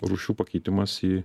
rūšių pakeitimas į